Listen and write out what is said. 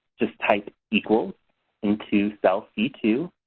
just type equal into cell c two,